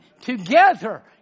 together